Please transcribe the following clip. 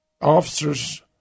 officers